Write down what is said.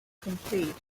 complete